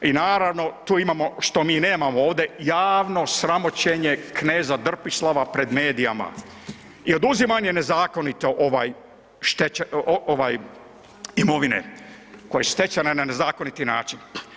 I naravno tu imamo što mi nemamo ovdje, javno sramoćenje kneza drpislava pred medijima i oduzimanje nezakonite imovine koja je stečena na nezakoniti način.